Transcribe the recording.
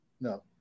No